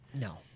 No